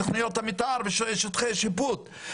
תוכניות המתאר ושל שטחי השיפוט.